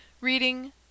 Reading